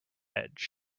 edge